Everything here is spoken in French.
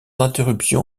interruption